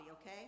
okay